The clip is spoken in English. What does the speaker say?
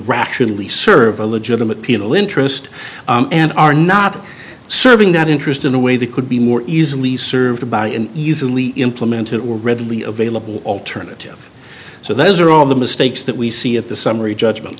rationally serve a legitimate penal interest and are not serving that interest in a way they could be more easily served by an easily implemented or readily available alternative so those are all the mistakes that we see at the summary judgment